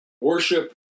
worship